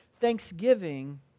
thanksgiving